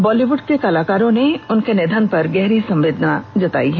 बॉलीवुड के कलाकारों ने उनके निधन पर गहरी संवेदना जतायी है